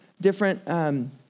different